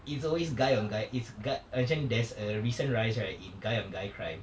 it's always guy on guy it's guy macam there's a recent rise right on guy on guy crime